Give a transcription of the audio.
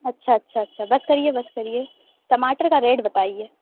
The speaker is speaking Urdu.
اچھا اچھا اچھا بس کریے بس کریے ٹماٹر کا ریٹ بتائیے